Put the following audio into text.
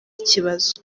ikibazo